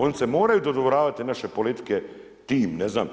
Oni se moraju dodvoravati naše politike tim, ne znam